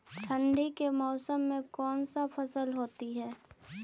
ठंडी के मौसम में कौन सा फसल होती है?